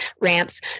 ramps